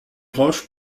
roches